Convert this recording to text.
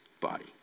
body